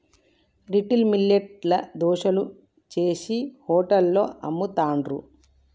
little millet ల దోశలు చేశి హోటళ్లలో అమ్ముతాండ్రు